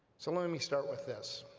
so let me start with this,